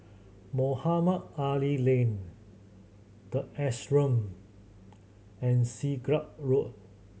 Mohamed Ali Lane The Ashram and Siglap Road